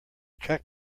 track